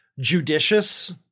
judicious